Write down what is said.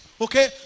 Okay